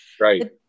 Right